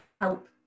help